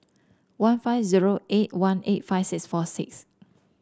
one five zero eight one eight five six four six